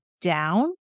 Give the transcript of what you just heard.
down